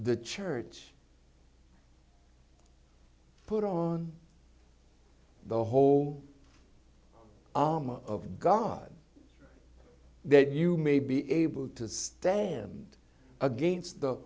the church put on the whole armor of god that you may be able to stand against the